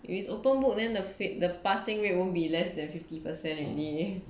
if it's open book then the fail~ the passing rate won't be less than fifty percent already eh